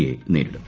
യെ നേരിടും